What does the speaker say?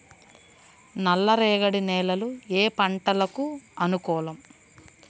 నల్లరేగడి నేలలు ఏ పంటలకు అనుకూలం?